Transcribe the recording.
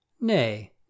Nay